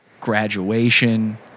graduation